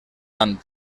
tant